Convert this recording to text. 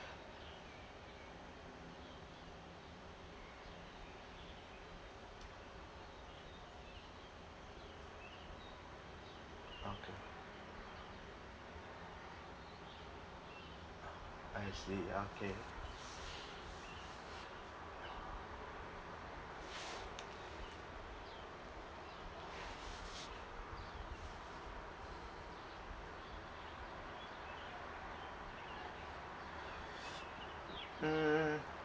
okay I see okay mm